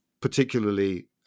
particularly